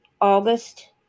August